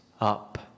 up